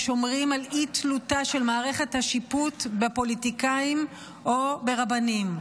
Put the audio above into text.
השומרים על אי-תלותה של מערכת השיפוט בפוליטיקאים או ברבנים.